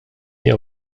nie